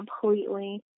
completely